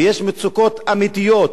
ויש מצוקות אמיתיות,